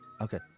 Okay